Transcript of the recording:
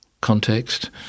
context